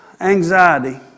anxiety